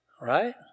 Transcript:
right